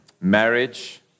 marriage